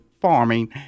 Farming